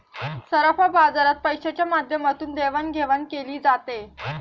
सराफा बाजारात पैशाच्या माध्यमातून देवाणघेवाण केली जाते